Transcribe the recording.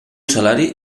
salari